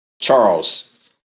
Charles